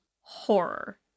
horror